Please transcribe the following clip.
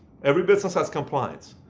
every business has compliance.